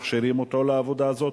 מכשירים אותו לעבודה הזאת,